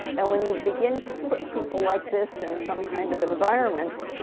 and when you begin to put people like this in some kind of environment,